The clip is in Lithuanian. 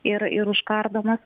ir ir užkardomas